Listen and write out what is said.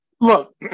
Look